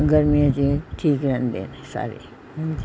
ਗਰਮੀਆਂ 'ਚ ਠੀਕ ਰਹਿੰਦੇ ਨੇ ਸਾਰੇ ਹੀ ਹਾਂਜੀ